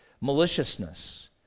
maliciousness